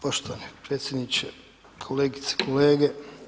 Poštovani potpredsjedniče, kolegice i kolege.